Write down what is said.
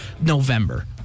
November